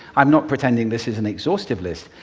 i'm not pretending this is an exhaustive list,